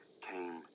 came